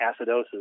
acidosis